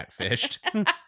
catfished